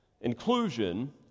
Inclusion